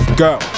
go